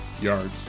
yards